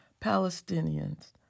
Palestinians